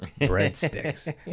breadsticks